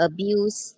Abuse